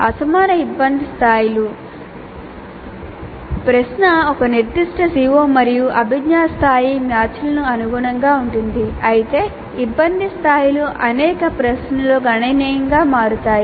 అసమాన ఇబ్బంది స్థాయిలు ప్రశ్న ఒక నిర్దిష్ట CO మరియు అభిజ్ఞా స్థాయి మ్యాచ్లకు అనుగుణంగా ఉంటుంది అయితే ఇబ్బంది స్థాయిలు అనేక ప్రశ్నలలో గణనీయంగా మారుతాయి